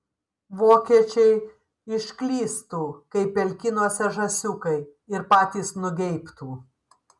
vokiečiai išklystų kaip pelkynuose žąsiukai ir patys nugeibtų